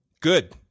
Good